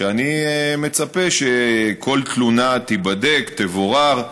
ואני מצפה שכל תלונה תיבדק, תבורר,